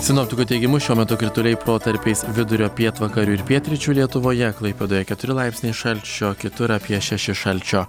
sinoptikų teigimu šiuo metu krituliai protarpiais vidurio pietvakarių ir pietryčių lietuvoje klaipėdoje keturi laipsniai šalčio kitur apie šešis šalčio